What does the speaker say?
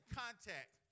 contact